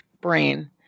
brain